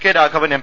K Raghavan M